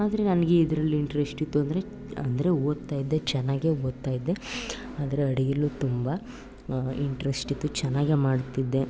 ಆದರೆ ನನಗೆ ಇದ್ರಲ್ಲಿ ಇಂಟ್ರೆಶ್ಟ್ ಇತ್ತು ಅಂದರೆ ಅಂದರೆ ಓದ್ತಾಯಿದ್ದೆ ಚೆನ್ನಾಗೆ ಓದ್ತಾಯಿದ್ದೆ ಆದರೆ ಅಡುಗೆಲ್ಲೂ ತುಂಬ ಇಂಟ್ರೆಶ್ಟ್ ಇತ್ತು ಚೆನ್ನಾಗೆ ಮಾಡ್ತಿದ್ದೆ